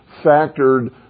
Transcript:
factored